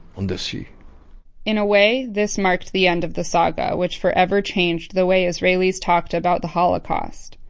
on the sea in a way, this marked the end of the saga, which forever changed the way israelis talked about the holocaust.